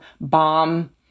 bomb